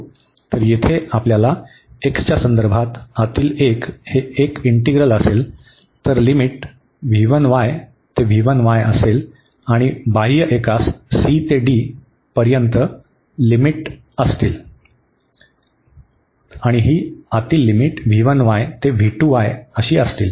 तर येथे आपल्यास एक्सच्या संदर्भात आतील एक हे इंटीग्रल असेल तर लिमिट ते असेल आणि बाह्य एकास c ते d पर्यंत लिमिट असतील